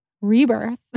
rebirth